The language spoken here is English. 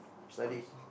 studies